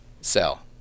Sell